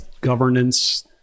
governance